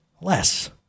less